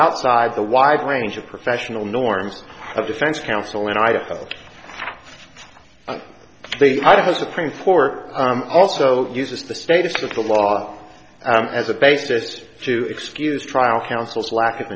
outside the wide range of professional norms of defense counsel in idaho the idaho supreme court also uses the status of the law as a basis to excuse trial counsel's lack of